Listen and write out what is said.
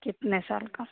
कितने साल का